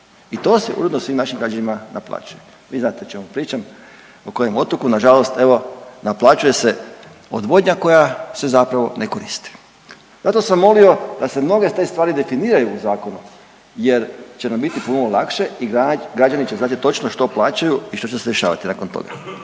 I to se uredno svim našim građanima naplaćuje. Vi znate o čemu pričam, o kojem otoku, nažalost evo, naplaćuje se odvodnja koja se zapravo ne koristi. Zato sam molio da se mnoge te stvari definiraju u zakonu jer će nam biti puno lakše i građani će znati točno što plaćaju i što će se dešavati nakon toga.